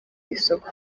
isoko